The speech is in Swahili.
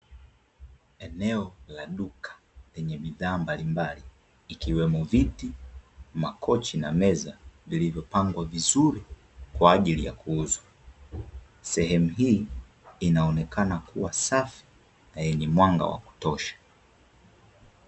Eneo la duka lenye bidhaa mbalimbali, ikiwemo: viti, makochi na meza; vilivyopangwa vizuri kwa ajili ya kuuzwa. Sehemu hii inaonekana kuwa safi na yenye mwanga wakutosha.